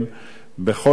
בכל הזדמנות,